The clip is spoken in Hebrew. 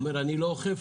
אומר אני לא אוכף,